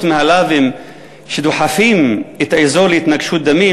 מהלאווים שדוחפים את האזור להתנגשות דמים.